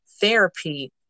therapy